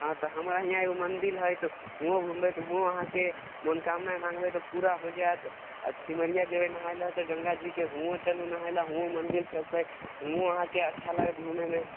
हँ हमरा हियाॅं तऽ मन्दिर हइ हुओ घुमबै तऽ हुओ अहाँकेँ मोनकामना माँगबै तऽ पुरा हो जायत आ सिमरिया जेबै नहाय लए तऽ गङ्गा जीके हुओ चलु नहाय लए हुओ मन्दिर सब छै हुओ अच्छा लागत घुमैमे